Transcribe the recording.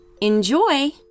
Enjoy